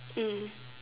mm